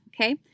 Okay